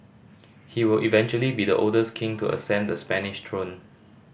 he will eventually be the oldest king to ascend the Spanish throne